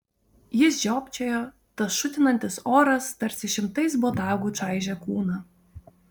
jis žiopčiojo tas šutinantis oras tarsi šimtais botagų čaižė kūną